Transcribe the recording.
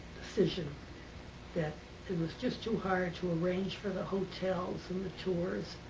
decision that it was just too hard to arrange for the hotels and the tours.